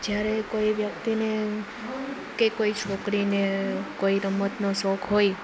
જ્યારે કોઈ વ્યક્તિને કે કોઈ છોકરીને કોઈ રમતનો શોખ હોય